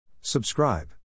Subscribe